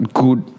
good